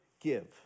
give